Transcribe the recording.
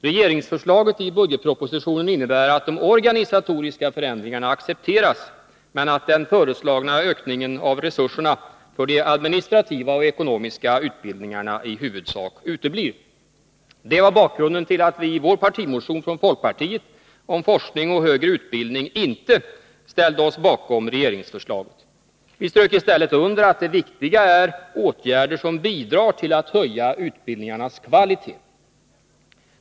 Regeringsförslaget i budgetpropositionen innebär att de organisatoriska förändringarna accepteras, men att den föreslagna ökningen av resurserna för de administrativa och ekonomiska utbildningarna i huvudsak uteblir. Detta var bakgrunden till att vi i vår partimotion från folkpartiet om forskning och högre utbildning inte ställde oss bakom regeringsförslaget. Vi strök i stället under att det viktiga är åtgärder som bidrar till att höja utbildningarnas kvalitet.